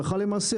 הלכה למעשה,